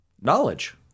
knowledge